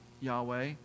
Yahweh